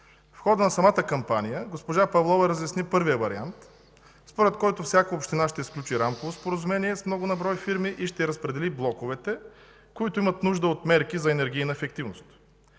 В хода на самата кампания госпожа Павлова разясни първия вариант, според който всяка община ще сключи рамково споразумение с много на брой фирми и ще разпредели блоковете, които имат нужда от мерки за енергийна ефективност.